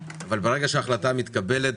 אבל ברגע שההחלטה מתקבלת,